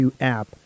app